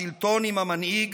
השלטון, עם המנהיג,